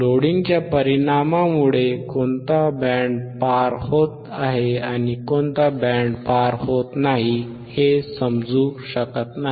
लोडिंगच्या परिणामामुळे कोणता बँड पार होत आहे कोणता बँड पार होत नाही हे समजू शकत नाही